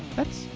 that's.